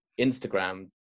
Instagram